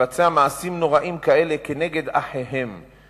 לבצע מעשים נוראים כאלה כנגד אחיהם,